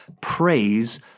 Praise